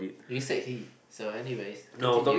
you said he so anyway continue